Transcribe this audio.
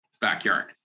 backyard